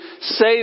say